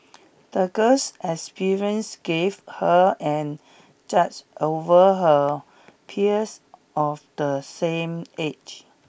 the girl's experience gave her an judge over her peers of the same age